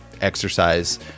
exercise